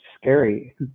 scary